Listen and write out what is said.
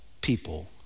people